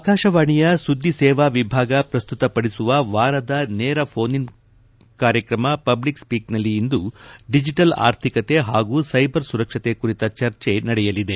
ಆಕಾಶವಾಣಿಯ ಸುದ್ದಿ ಸೇವಾ ವಿಭಾಗ ಪ್ರಸ್ತುತಪಡಿಸುವ ವಾರದ ನೇರ ಫೋನ್ ಇನ್ ಕಾರ್ಯಕ್ರಮ ಪಬ್ಲಿಕ್ ಸ್ಷೀಕ್ ನಲ್ಲಿ ಇಂದು ಡಿಜೆಟಲ್ ಆರ್ಥಿಕತೆ ಹಾಗೂ ಸ್ಯೆಬರ್ ಸುರಕ್ಷತೆ ಕುರಿತ ಚರ್ಚೆ ನಡೆಯಲಿದೆ